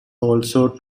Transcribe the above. also